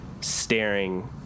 staring